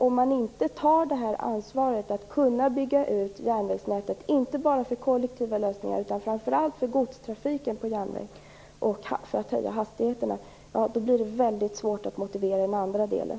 Om man inte tar ansvaret att kunna bygga ut järnvägsnätet, inte bara för kollektiva lösningar utan framför allt för godstrafiken på järnväg och för att höja hastigheterna, blir det väldigt svårt att motivera den andra delen.